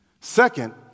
Second